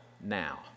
now